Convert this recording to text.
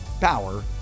power